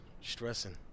stressing